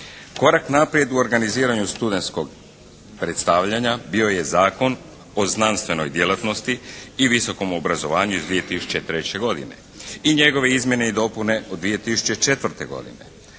Korak naprijed u organiziranju studenskog predstavljanja bio je Zakon o znanstvenoj djelatnosti i visokom obrazovanju iz 2003. godine i njegove izmjene i dopune iz 2004. godine.